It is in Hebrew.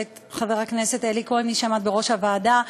ואת חבר הכנסת אלי כהן, מי שעמד בראש הוועדה.